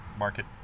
market